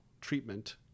treatment